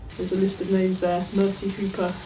there's a list of names there, mercy hooper,